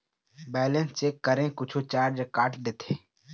Balance check करें कुछू charge काट देथे?